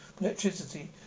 electricity